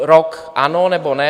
Rok ano, nebo ne?